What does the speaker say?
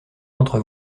entre